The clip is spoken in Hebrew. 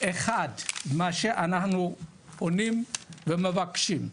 מה שאנחנו פונים ומבקשים: